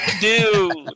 dude